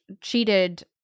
cheated